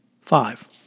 Five